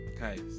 guys